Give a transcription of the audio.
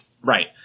Right